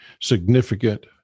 significant